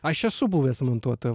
aš esu buvęs montuotojo